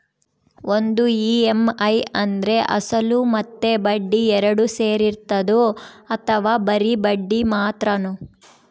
ಒಂದು ಇ.ಎಮ್.ಐ ಅಂದ್ರೆ ಅಸಲು ಮತ್ತೆ ಬಡ್ಡಿ ಎರಡು ಸೇರಿರ್ತದೋ ಅಥವಾ ಬರಿ ಬಡ್ಡಿ ಮಾತ್ರನೋ?